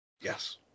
Yes